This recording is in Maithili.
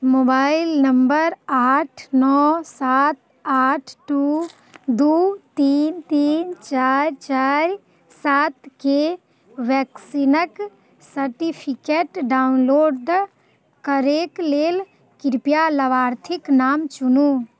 मोबाइल नम्बर आठ नओ सात आठ टू दू तीन तीन चारि चारि सातके वैक्सीनक सर्टिफिकेट डाउनलोड करैक लेल कृपया लाभार्थीक नाम चुनू